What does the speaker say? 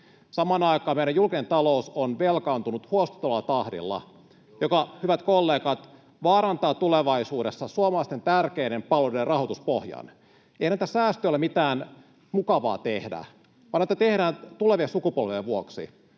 Samaan aikaan meidän julkinen talous on velkaantunut huolestuttavalla tahdilla, mikä, hyvät kollegat, vaarantaa tulevaisuudessa suomalaisten tärkeiden palveluiden rahoituspohjan. Ei näitä säästöjä ole mitään mukavaa tehdä, vaan näitä tehdään tulevien sukupolvien vuoksi,